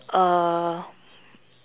uh